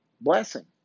blessing